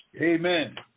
Amen